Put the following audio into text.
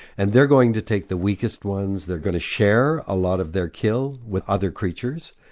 and they're going to take the weakest ones, they're going to share a lot of their kill with other creatures.